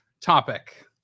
topic